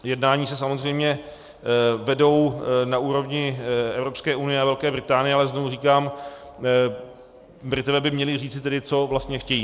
Jednání se samozřejmě vedou na úrovni Evropské unie a Velké Británie, ale znovu říkám, Britové by měli říci, co vlastně chtějí.